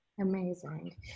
amazing